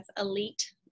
elite